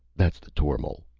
that's the tormal!